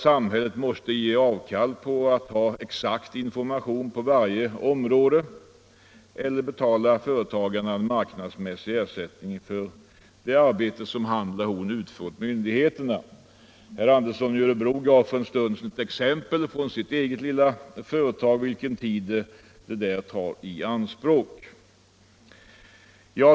Samhället måste ge avkall på kravet att få exakt information på varje område eller också betala företagarna marknadsmässig ersättning för det arbete som de utför åt myndigheterna. Herr Andersson i Örebro gav för en stund sedan ett exempel från sitt eget lilla företag på vilken tid det tar i anspråk.